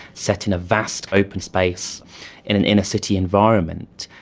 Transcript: set in a vast open space in an inner city environment.